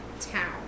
town